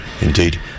Indeed